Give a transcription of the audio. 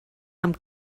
amb